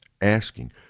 asking